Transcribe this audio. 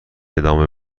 ادامه